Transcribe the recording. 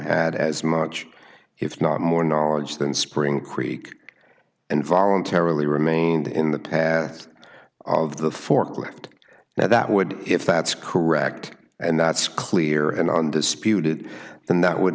had as much if not more knowledge than spring creek and voluntarily remained in the path of the forklift now that would if that's correct and that's clear and undisputed then that would